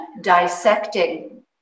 dissecting